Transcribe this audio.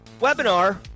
webinar